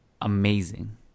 amazing